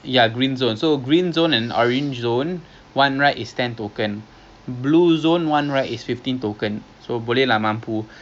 ya ya ya so we can do that lah so it sounds like a plan ya I think it it or if you want sentosa island bus tour ten token I mean macam lame lah